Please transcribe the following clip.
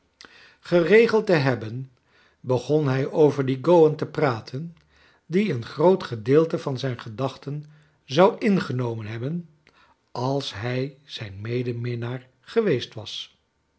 geregeld te hebben begon hij over dien gowan te praten die een groot gedeelte van zijn gedachten zou ingenomen hebben als hij zijn medeminnaar geweest was